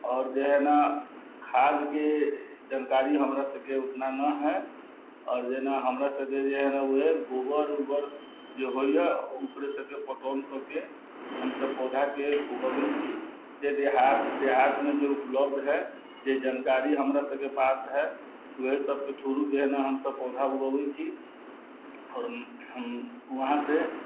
आओर जे हह ने खादके जानकारी हमरासबके ओतना नहि हइ आओर जेना हमरासबके जे हइ ने वएह गोबर उबर जे होइए ओकरे सबके पटौन कऽ कऽ हमसब पौधाके उगबै छी जे देहात देहातमे जे उपलब्ध हइ जे जानकारी हमरासबके पास हइ वएहसबके थ्रू जे हइ ने हमसब पौधा उगबै छी आओर हम वहाँसँ